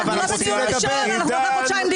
אני לא רוצה לשים את היועץ המשפטי לוועדה במצוקה,